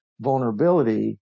vulnerability